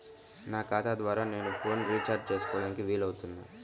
నా ఖాతా ద్వారా నేను ఫోన్ రీఛార్జ్ చేసుకోవడానికి వీలు అవుతుందా?